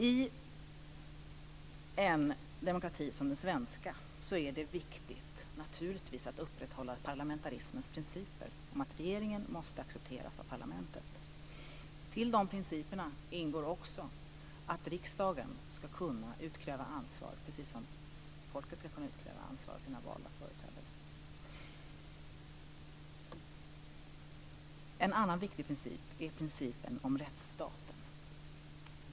I en demokrati som den svenska är det naturligtvis viktigt att upprätthålla parlamentarismens principer om att regeringen måste accepteras av parlamentet. Till dessa principer hör också att riksdagen ska kunna utkräva ansvar, precis som folket ska kunna utkräva ansvar av sina valda företrädare. En annan viktig princip är principen om rättsstaten.